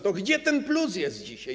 To gdzie ten plus jest dzisiaj?